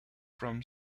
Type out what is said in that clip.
from